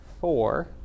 four